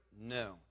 No